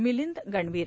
Milind Ganvir